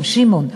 גם שמעון,